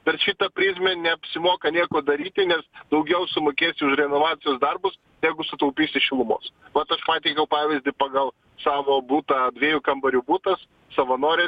per šitą prizmę neapsimoka nieko daryti nes daugiau sumokėsi už renovacijos darbus negu sutaupysi šilumos vat aš pateikiau pavyzdį pagal savo butą dviejų kambarių butas savanoriai